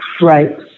Right